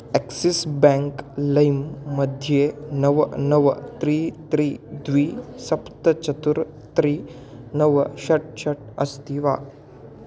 axis bank लैम् मध्ये नव नव त्रीणि त्रीणि द्वे सप्त चत्वारि त्रीणि नव षट् षट् अस्ति वा